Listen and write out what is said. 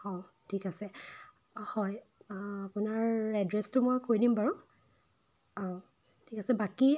অঁ ঠিক আছে হয় আপোনাৰ এড্ৰেছটো মই কৈ দিম বাৰু ঠিক আছে বাকী